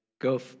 go